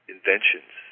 Inventions